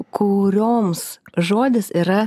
kurioms žodis yra